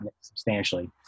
substantially